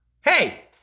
Hey